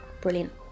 Brilliant